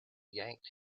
yanked